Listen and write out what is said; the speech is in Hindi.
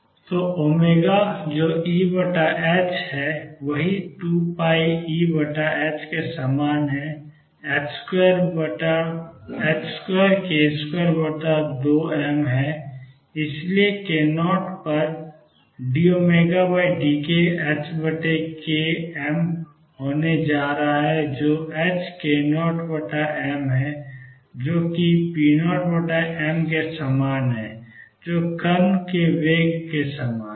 तो जो Eहै वही 2πEhके समान है 2k22m है और इसलिए k0 पर dωdk ℏkm होने जा रहा है जो k0m है जो कि p0mके समान है जो कण वेग के समान है